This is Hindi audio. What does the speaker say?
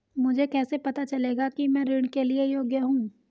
मुझे कैसे पता चलेगा कि मैं ऋण के लिए योग्य हूँ?